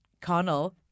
Connell